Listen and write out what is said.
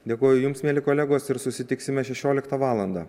dėkoju jums mieli kolegos ir susitiksime šešioliktą valandą